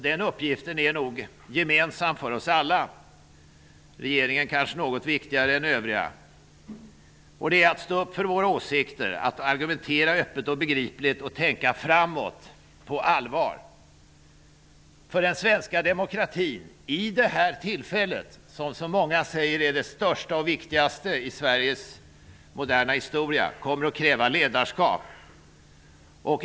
Den uppgiften är gemensam för oss alla -- regeringen är kanske något viktigare än övriga. Vi skall stå upp för våra åsikter, argumentera öppet och begripligt och på allvar tänka framåt. Den svenska demokratin kommer att kräva ledarskap vid detta tillfälle som så många säger är det största och viktigaste i Sveriges historia.